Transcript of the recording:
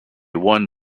won